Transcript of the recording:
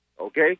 okay